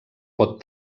pot